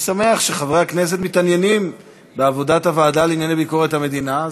אני שמח שחברי הכנסת מתעניינים בעבודת הוועדה לענייני ביקורת המדינה.